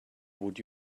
would